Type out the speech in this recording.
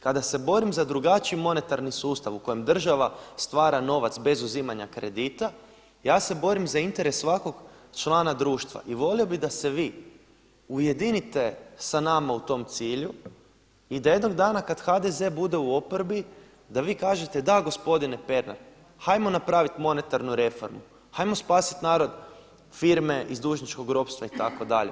Kada se borim za drugačiji monetarni sustav u kojem država stvara novac bez uzimanja kredita ja se borim za interes svakog člana društva i voli bih da se vi ujedinite sa nama u tom cilju i da jednog dana kad HDZ bude u oporbi da vi kažete da gospodine Pernar hajmo napravit monetarnu reformu, hajmo spasit narod, firme iz dužničkog ropstva itd.